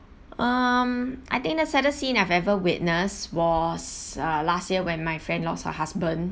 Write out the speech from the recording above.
um I think that saddest scene I've ever witness was uh last year when my friend lost her husband